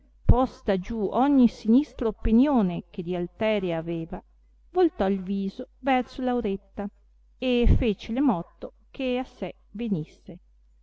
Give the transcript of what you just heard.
posta giù ogni sinistra oppenione che di alteria aveva voltò il viso verso lauretta e fecele motto che a sé venisse